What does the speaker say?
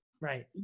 Right